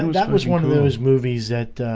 and that was one of those movies that